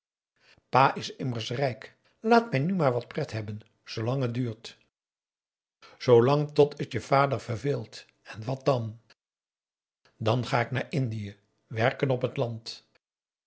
pa is immers rijk laat mij nu maar wat pret hebben hier zoolang het duurt zoolang tot het je pa verveelt en wat dan dan ga ik naar indië werken op het land